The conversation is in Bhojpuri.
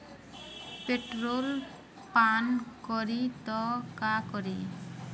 पेट्रोल पान करी त का करी?